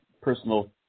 personal